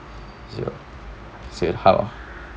ya say how